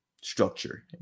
structure